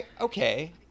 okay